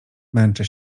męczę